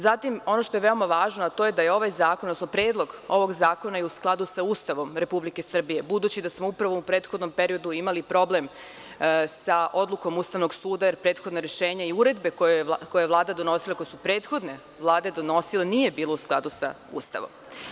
Zatim, ono što je veoma važno, a to je da je ovaj zakon, odnosno Predlog ovog zakona u skladu sa Ustavom RS, budući da smo upravo u prethodnom periodu imali problem sa odlukom Ustavnog suda jer prethodno rešenje i uredbe koju je Vlada donosila, koju su prethodne vlade donosile nije bila u skladu sa Ustavom.